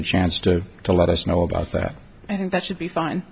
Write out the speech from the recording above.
a chance to to let us know about that that should be fine